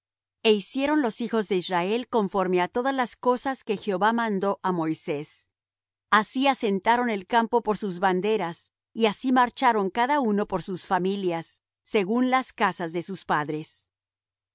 e hicieron los hijos de israel conforme á todas las cosas que jehová mandó á moisés así asentaron el campo por sus banderas y así marcharon cada uno por sus familias según las casas de sus padres y